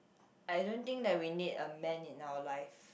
I don't think that we need a man in our life